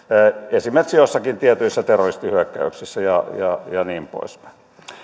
esimerkiksi joissakin tietyissä terroristihyökkäyksissä ja niin poispäin